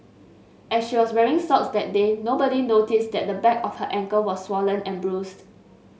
as she was wearing socks that day nobody noticed that the back of her ankle was swollen and bruised